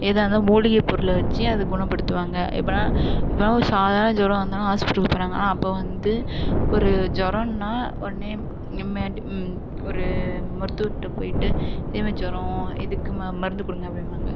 எதாக இருந்தாலும் மூலிகை பொருளை வச்சு அதை குணப்படுத்துவாங்க எப்போன்னா இப்போலாம் ஒரு சாதாரண ஜுரம் வந்தாலும் ஹாஸ்ப்பிட்டல் போகிறாங்களா அப்போ வந்து ஒரு ஜுரன்னா உடனே ஒரு மருத்துவர்கிட்ட போயிட்டு இது மாதிரி ஜுரம் இதுக்கு மருந்து கொடுங்க அப்படிம்பாங்க